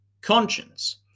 conscience